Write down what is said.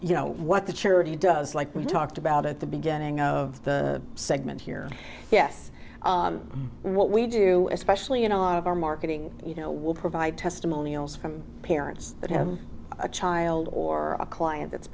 you know what the charity does like we talked about at the beginning of the segment here yes what we do especially in our marketing you know we'll provide testimonials from parents that have a child or a client that's